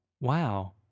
wow